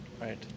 Right